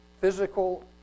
physical